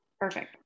perfect